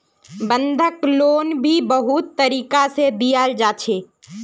बंधक लोन भी बहुत तरीका से दियाल जा छे